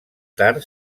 tard